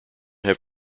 have